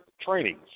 trainings